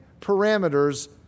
parameters